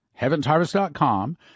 HeavensHarvest.com